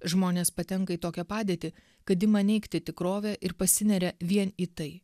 žmonės patenka į tokią padėtį kad ima neigti tikrovę ir pasineria vien į tai